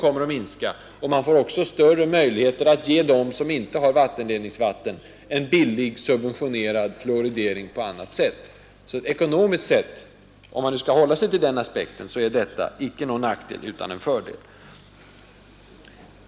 Man får också större möjlighet att ge dem som inte har vattenledningsvatten en billig subventionerad fluoridering på annat sätt. Ekonomiskt sett — om man nu skall hålla sig till den aspekten — är fluoridering alltså icke någon nackdel utan en fördel.